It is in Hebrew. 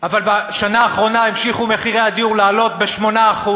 אבל בשנה האחרונה המשיכו מחירי הדיור לעלות, ב-8%.